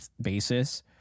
basis